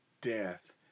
death